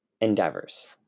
Endeavors